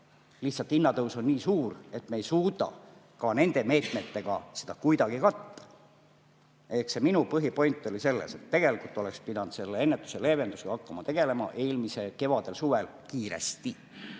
Lihtsalt hinnatõus on nii suur, et me ei suuda ka nende meetmetega seda kuidagi katta. Minu põhipoint oli selles, et tegelikult oleks pidanud selle ennetuse, leevendusega hakkama kiiresti tegelema eelmisel kevadel-suvel. Siis